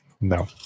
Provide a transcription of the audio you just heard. No